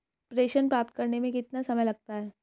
प्रेषण प्राप्त करने में कितना समय लगता है?